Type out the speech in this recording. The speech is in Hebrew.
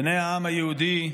בני העם היהודי,